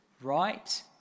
right